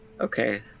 Okay